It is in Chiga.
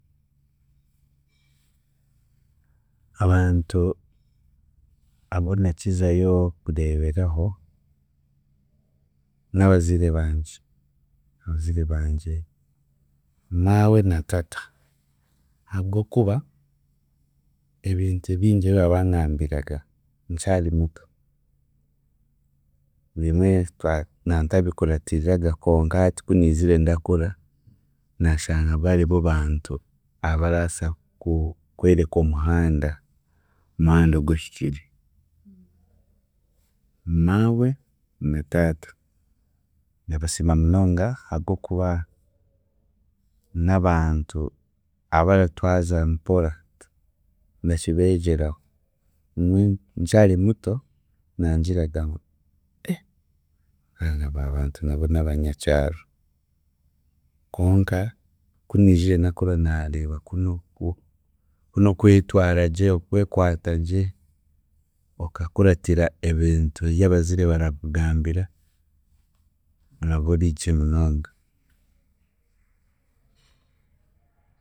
Abantu abu ndakizayo kureeberaho, n'abaziire bangye, abaziire bangye maawe na tata habw'okuba, ebintu ebingi ebi baabangambiraga nkyari muto, bimwe twatu nantabikuratiraga konka hati ku niizire ndakura, naashanga baribo bantu abaraasa ku kwereka omuhanda, muhanda oguhikire, maawe na taata ndabasiima munonga habw'okuba n'abantu abaratwaza mpora, ndakibegyeraho. Nkyari muto nangiraga ngu eeh aba bantu nabo n'abanyakyaro, konka, ku niijire ndakura naareeba kunoku kunokwetwara gye, okwekwatagye, okakuratira ebintu eby'abaziire barakugambira oraba origye munonga.